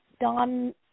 Don